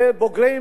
ובוגרים